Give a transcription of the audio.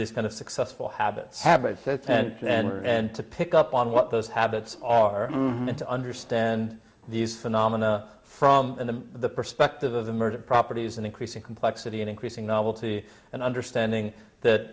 these kind of successful habits habits and to pick up on what those habits are meant to understand these phenomena from the perspective of the murdered properties and increasing complexity and increasing novelty and understanding